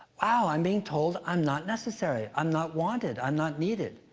wow, i'm being told i'm not necessary, i'm not wanted, i'm not needed.